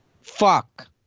fuck